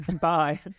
Bye